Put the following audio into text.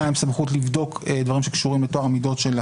דברים שקשורים לטוהר המידות,